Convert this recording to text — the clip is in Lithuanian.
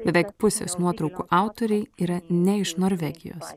beveik pusės nuotraukų autoriai yra ne iš norvegijos